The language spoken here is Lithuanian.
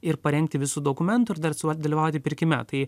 ir parengti visų dokumentų ir dar sudalyvauti pirkime tai